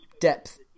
depth